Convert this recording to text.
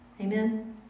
Amen